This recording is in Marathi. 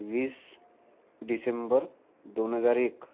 वीस डिसेंबर दोन हजार एक